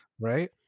Right